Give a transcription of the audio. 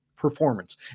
performance